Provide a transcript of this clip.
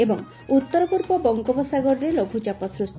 ଏବଂ ଉତ୍ତର ପୂର୍ବ ବଙ୍ଗୋପସାଗରରେ ଲଘୁଚାପ ସୃଷ୍ଟି